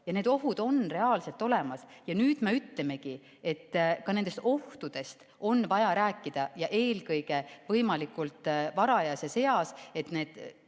Need ohud on reaalselt olemas. Ja nüüd me ütlemegi, et ka nendest ohtudest on vaja rääkida ja eelkõige võimalikult varajases eas, et need